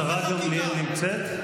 השרה גמליאל נמצאת?